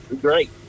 great